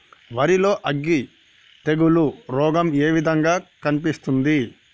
వరి లో అగ్గి తెగులు రోగం ఏ విధంగా కనిపిస్తుంది?